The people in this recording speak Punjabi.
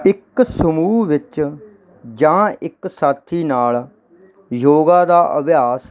ਇੱਕ ਸਮੂਹ ਵਿੱਚ ਜਾਂ ਇੱਕ ਸਾਥੀ ਨਾਲ ਯੋਗਾ ਦਾ ਅਭਿਆਸ